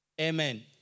Amen